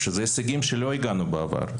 אלה הישגים שלא הגענו בעבר.